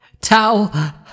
Towel